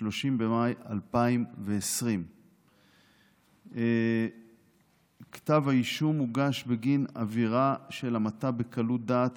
30 במאי 2020. כתב האישום הוגש בגין עבירה של המתה בקלות דעת,